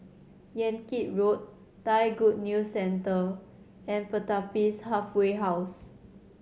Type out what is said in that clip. Yan Kit Road Thai Good News Centre and Pertapis Halfway House